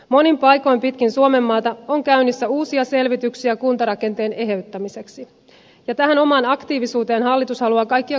monin paikoin pitkin suomenmaata on käynnissä uusia selvityksiä kuntarakenteen eheyttämiseksi ja tähän omaan aktiivisuuteen hallitus haluaa kaikkia kuntia kannustaa